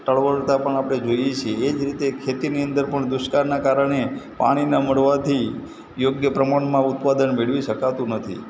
ટળવળતા પણ આપણે જોઈએ છીએ એ જ રીતે ખેતીની અંદર પણ દુષ્કાળના કારણે પાણી ન મળવાથી યોગ્ય પ્રમાણમાં ઉત્પાદન મેળવી શકાતું નથી